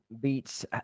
beats